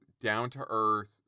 down-to-earth